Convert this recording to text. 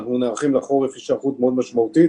אנחנו נערכים לחורף, יש היערכות מאוד משמעותית.